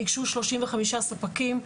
ניגשו שלושים וחמישה ספקים,